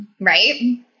right